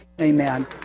Amen